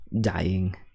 dying